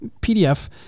PDF